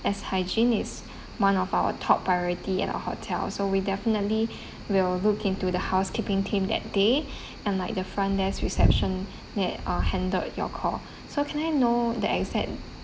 as hygiene is one of our top priority at our hotel so we definitely will look into the housekeeping team that day and like the front desk reception that are handled your called so can I know the exact